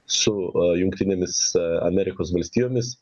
su jungtinėmis amerikos valstijomis